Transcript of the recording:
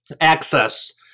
access